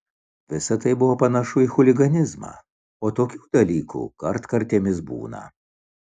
visa tai buvo panašu į chuliganizmą o tokių dalykų kartkartėmis būna